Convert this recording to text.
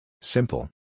Simple